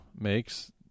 makes